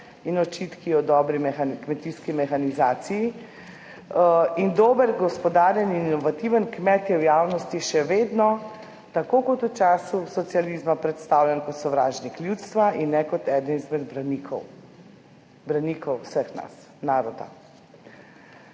in očitki o dobri kmetijski mehanizaciji. In dober, gospodaren in inovativen kmet je v javnosti še vedno, tako kot v času socializma, predstavljen kot sovražnik ljudstva in ne kot eden izmed branikov, branikov vseh nas, naroda.